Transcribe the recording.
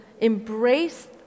embrace